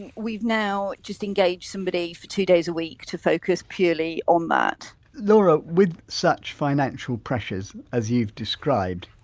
and we've now just engaged somebody for two days a week to focus purely on that laura, with such financial pressures, as you've described,